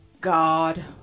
God